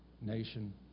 nation